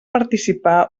participar